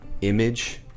image